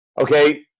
Okay